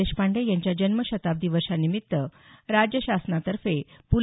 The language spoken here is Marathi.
देशपांडे यांच्या जन्मशताब्दी वर्षानिमित्त राज्य शासनातर्फे प्